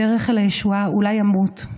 בדרך אל הישועה אולי אמות.